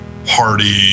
party